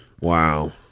Wow